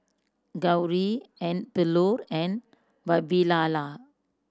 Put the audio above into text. Gauri and Bellur and Vavilala